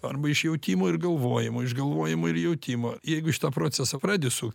arba iš jautimo ir galvojimo išgalvojimo ir jautimo jeigu šitą procesą pradedi sukt